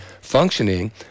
functioning